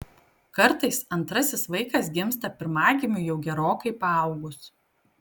kartais antrasis vaikas gimsta pirmagimiui jau gerokai paaugus